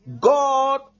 God